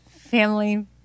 Family